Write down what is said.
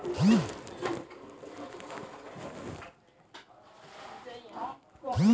ATM card रो pin code केकरै नाय बताना चाहियो